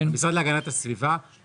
המשרד להגנת הסביבה,